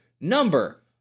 number